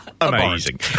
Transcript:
amazing